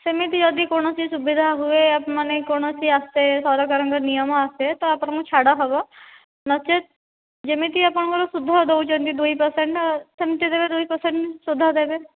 ସେମିତି ଯଦି କୌଣସି ସୁବିଧା ହୁଏ ମାନେ କୌଣସି ଆସେ ସରକାରଙ୍କ ନିୟମ ଆସେ ତ ଆପଣଙ୍କୁ ଛାଡ଼ ହେବ ନଚେତ୍ ଯେମିତି ଆପଣଙ୍କର ସୁଧ ଦେଉଛନ୍ତି ଦୁଇ ପର୍ସେଣ୍ଟ୍ ସେମିତି ଦେବେ ଦୁଇ ପର୍ସେଣ୍ଟ୍ ସୁଧ ଦେବେ